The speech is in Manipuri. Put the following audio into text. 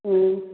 ꯎꯝ